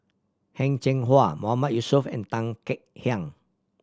Heng Cheng Hwa Mahmood Yusof and Tan Kek Hiang